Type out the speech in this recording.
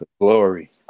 Glory